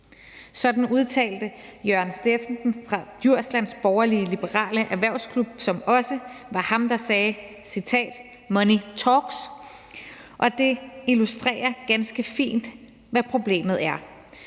Sådan udtalte Jørgen Steffensen fra Djurslands Borgerlige-Liberale Erhvervsklub, som også var ham, der sagde, og jeg citerer: »Money talks«. Det illustrerer ganske fint, hvad problemet er,